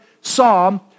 psalm